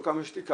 או כמה שתיקח,